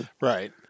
Right